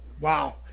Wow